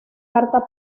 carta